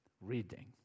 reading